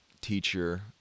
teacher